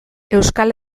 euskal